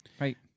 right